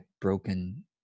broken